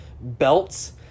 belts